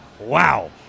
Wow